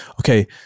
okay